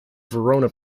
venona